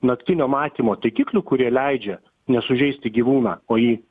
naktinio matymo taikiklių kurie leidžia nesužeisti gyvūną o jį